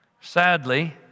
Sadly